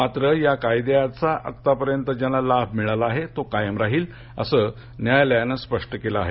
मात्र या कायद्याचा आतापर्यंत ज्यांना लाभ मिळाला आहे तो कायम राहील असं न्यायालयानं स्पष्ट केलं आहे